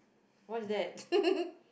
what is that